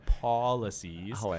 policies